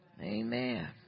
Amen